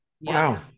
Wow